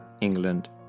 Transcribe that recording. England